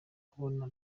kubona